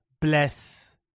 bless